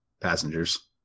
passengers